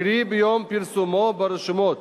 קרי ביום פרסומו ברשומות,